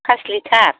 फास लिटार